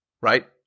right